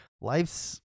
life's